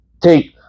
take